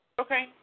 Okay